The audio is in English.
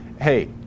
hey